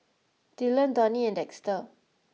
Dylon Donie and Dexter